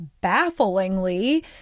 bafflingly